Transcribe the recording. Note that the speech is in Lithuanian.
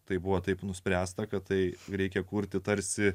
taip buvo taip nuspręsta kad tai reikia kurti tarsi